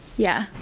yeah